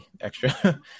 extra